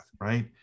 right